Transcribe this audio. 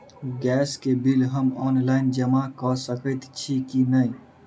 Gas केँ bill हम online जमा कऽ सकैत छी की नै?